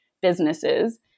businesses